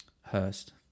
Hurst